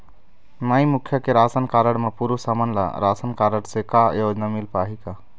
माई मुखिया के ration card म पुरुष हमन ला रासनकारड से का योजना मिल पाही का?